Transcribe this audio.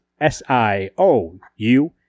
S-I-O-U-